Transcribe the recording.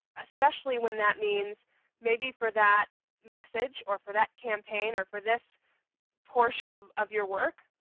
especially when that means maybe for that message, or for that campaign, or for this portion of of your work,